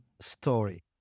story